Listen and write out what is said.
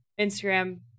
instagram